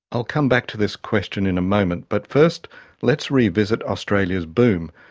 i'll come back to this question in a moment, but first let's revisit australia's boom,